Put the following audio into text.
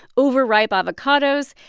overripe avocados.